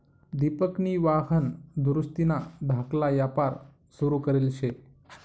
दिपकनी वाहन दुरुस्तीना धाकला यापार सुरू करेल शे